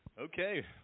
Okay